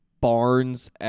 Barnes